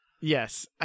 Yes